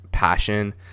passion